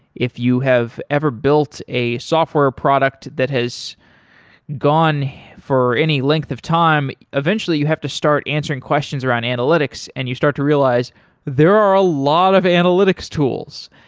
if you have ever built a software product that has gone for any length of time, eventually you have to start answering questions around un analytics and you start to realize there are a lot of analytics tools.